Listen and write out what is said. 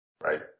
Right